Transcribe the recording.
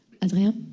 Adrien